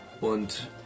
Und